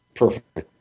Perfect